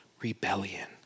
rebellion